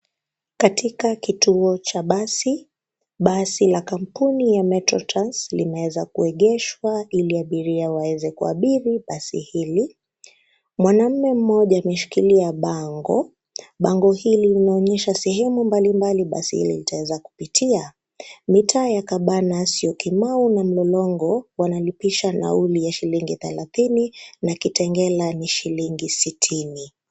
Katika kituo cha basi, basi la kampuni ya metro trans limeweza kuegeshwa ili abiria waweze kuabiri basi hili. Mwanamume mmoja ameshikilia bango. Bango hili linaonyesha sehemu mbali mbali basi hili litaweza kupitia mitaa ya Cabanas, Syokimau na Mlolongo wanalipisha nauli ya shilingi thelathini na Kitengela ni shilingi sitini.